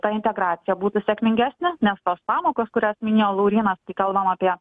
ta integracija būtų sėkmingesnė nes tos pamokos kurias minėjo laurynas kai kalbam apie